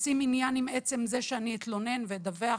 עושים עניין מעצם זה שאני אתלונן ואדווח,